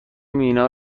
مینا